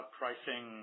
pricing